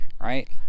right